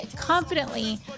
confidently